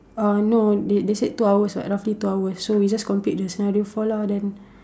uh no they they said two hours [what] roughly two hours so we just complete the scenario four lah then